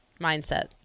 Mindset